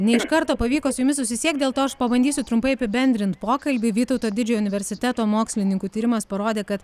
ne iš karto pavyko su jumis susisiekt dėl to aš pabandysiu trumpai apibendrint pokalbį vytauto didžiojo universiteto mokslininkų tyrimas parodė kad